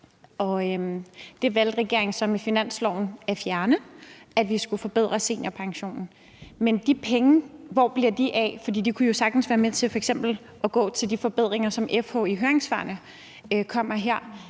Det valgte regeringen så med finansloven at fjerne, altså at vi skulle forbedre seniorpensionen. Men hvor bliver de penge af? For de kunne jo sagtens være med til f.eks. at gå til de forbedringer, som FH i høringssvarene kommer med